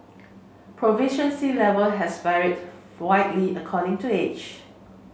proficiency level has varied widely according to age